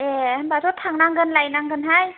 ए होनब्लाथ' थांनांगोन लायनांगोन हाय